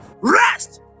rest